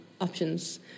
options